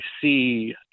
see